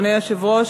אדוני היושב-ראש,